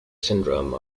syndrome